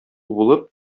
булып